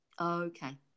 Okay